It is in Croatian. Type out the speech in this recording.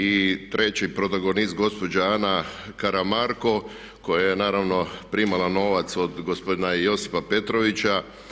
I treći protagonist gospođa Ana Karamarko koja je naravno primala novac od gospodina Josipa Petrovića.